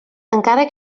encara